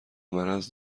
مرض